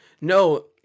No